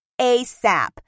ASAP